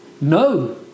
No